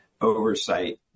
oversight